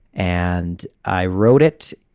and i wrote it.